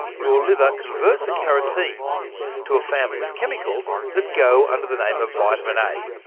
your liver converts the carotenes to a family of chemicals that go under the name of vitamin a.